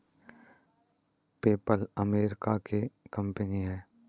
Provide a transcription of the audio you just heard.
PayPal America की company है